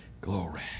Glory